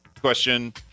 question